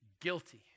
Guilty